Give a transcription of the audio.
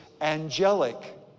angelic